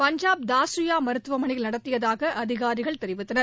பஞ்சாப் தாசுயா மருத்துவமனையில் நடத்தியதாக அதிகாரிகள் தெரிவித்தனர்